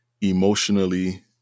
emotionally